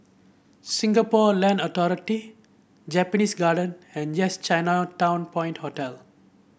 Singapore Land Authority Japanese Garden and Yes Chinatown Point Hotel